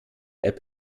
app